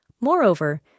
Moreover